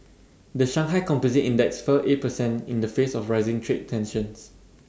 the Shanghai composite index fell eight percent in the face of rising trade tensions